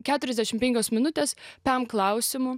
keturiasdešimt penkios minutės pem klausimų